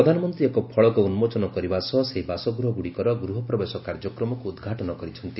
ପ୍ରଧାନମନ୍ତ୍ରୀ ଏକ ଫଳକ ଉନ୍ମୋଚନ କରିବା ସହ ସେହି ବାସଗୃହଗୁଡ଼ିକର ଗୃହ ପ୍ରବେଶ କାର୍ଯ୍ୟକ୍ରମକୁ ଉଦ୍ଘାଟନ କରିଛନ୍ତି